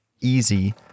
easy